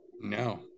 no